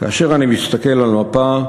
כאשר אני מסתכל על מפה,